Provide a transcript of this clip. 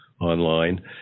online